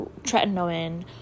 tretinoin